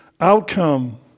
outcome